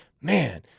man